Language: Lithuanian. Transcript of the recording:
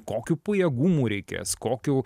kokių pajėgumų reikės kokių